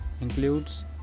includes